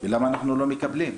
ולמה אנחנו לא מקבלים.